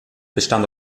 bestand